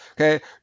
Okay